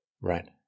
Right